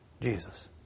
Jesus